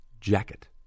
jacket